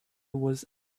was